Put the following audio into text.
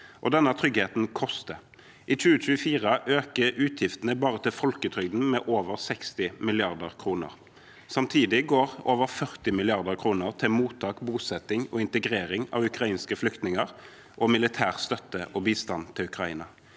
Denne tryggheten koster. I 2024 øker utgiftene bare til folketrygden med over 60 mrd. kr. Samtidig går over 40 mrd. kr til mottak, bosetting og integrering av ukrainske flyktninger samt til militær støtte og bi stand til Ukraina.